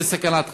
זו סכנת חיים.